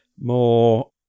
more